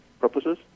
purposes